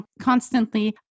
constantly